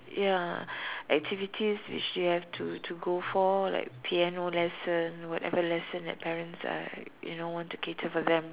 ya activities which they have to to go for like piano lesson whatever lesson that parents uh you know want to cater for them